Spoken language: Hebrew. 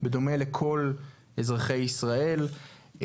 בדומה לכל אזרחי ישראל.